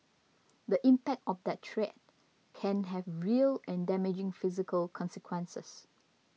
the impact of that threat can have real and damaging physical consequences